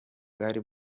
bwari